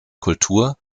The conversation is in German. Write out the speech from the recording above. kultur